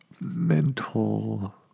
mental